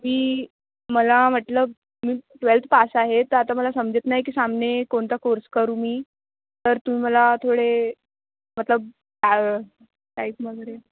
मी मला म्हटलं मी ट्वेल्थ पास आहे तर आता मला समजत नाही की सामने कोणता कोर्स करू मी तर तुम्ही मला थोडे मतलब टाइप वगैरे